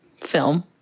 film